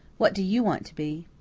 what do you want to be?